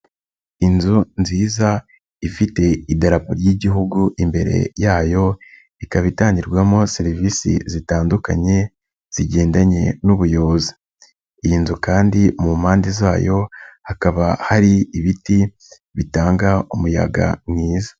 Inzu nziza ifite idarapo ry'Igihugu imbere yayo, ikaba itangirwamo serivisi zitandukanye zigendanye n'ubuyobozi. Iyi nzu kandi mu mpande zayo hakaba hari ibiti bitanga umuyaga mwiza.